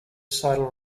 sidle